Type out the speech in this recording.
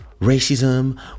racism